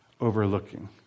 overlooking